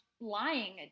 lying